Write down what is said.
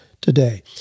today